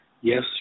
Yes